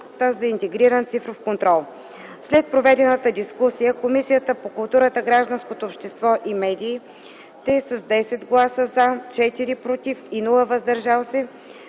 за интегриран цифров контрол. След проведената дискусия Комисията по културата, гражданското общество и медиите с 10 гласа „за”, 4 „против” и без „въздържал се”